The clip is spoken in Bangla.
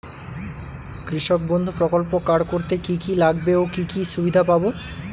কৃষক বন্ধু প্রকল্প কার্ড করতে কি কি লাগবে ও কি সুবিধা পাব?